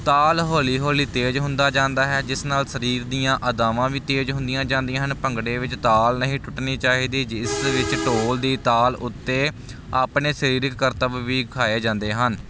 ਤਾਲ ਹੌਲੀ ਹੌਲੀ ਤੇਜ਼ ਹੁੰਦਾ ਜਾਂਦਾ ਹੈ ਜਿਸ ਨਾਲ ਸਰੀਰ ਦੀਆਂ ਅਦਾਵਾਂ ਵੀ ਤੇਜ਼ ਹੁੰਦੀਆਂ ਜਾਂਦੀਆਂ ਹਨ ਭੰਗੜੇ ਵਿੱਚ ਤਾਲ ਨਹੀਂ ਟੁੱਟਣੀ ਚਾਹੀਦੀ ਜਿਸ ਵਿੱਚ ਢੋਲ ਦੀ ਤਾਲ ਉੱਤੇ ਆਪਣੇ ਸਰੀਰਕ ਕਰਤੱਵ ਵੀ ਵਿਖਾਏ ਜਾਂਦੇ ਹਨ